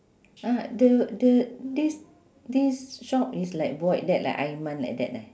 ah the the this this shop is like void deck like aiman like that eh